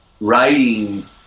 writing